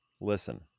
listen